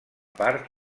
part